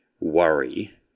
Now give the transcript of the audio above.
worry